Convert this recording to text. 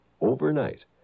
Overnight